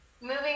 moving